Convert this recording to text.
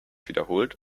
wiederholt